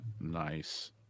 nice